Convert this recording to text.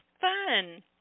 fun